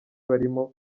barimo